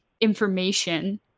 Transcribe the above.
information